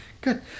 good